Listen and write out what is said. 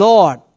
Lord